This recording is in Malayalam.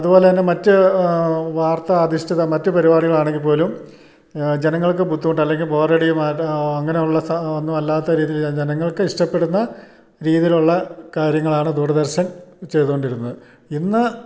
അതുപോലെ തന്നെ മറ്റ് വാർത്ത അധിഷ്ഠിത മറ്റു പരിപാടികളാണെങ്കിൽ പോലും ജനങ്ങൾക്ക് ബുദ്ധിമുട്ട് അല്ലെങ്കിൽ ബോറടി മാറ്റാൻ അങ്ങനെയുള്ള ഒന്നും അല്ലാത്ത രീതിയിൽ ജനങ്ങൾക്ക് ഇഷ്ടപ്പെടുന്ന രീതിയിലുള്ള കാര്യങ്ങളാണ് ദൂരദർശൻ ചെയ്തു കൊണ്ടിരുന്നത് ഇന്ന്